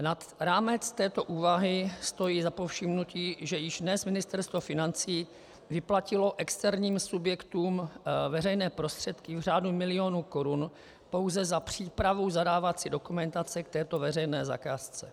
Nad rámec této úvahy stojí za povšimnutí, že již dnes Ministerstvo financí vyplatilo externím subjektům veřejné prostředky v řádu milionů korun pouze za přípravu zadávací dokumentace k této veřejné zakázce.